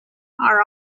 our